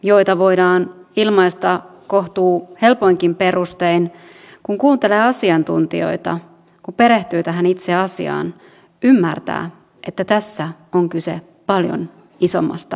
mielipiteitä voidaan ilmaista kohtuu helpoinkin perustein mutta kun kuuntelee asiantuntijoita kun perehtyy tähän itse asiaan ymmärtää että tässä on kyse paljon isommasta asiasta